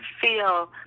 feel